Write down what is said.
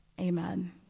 Amen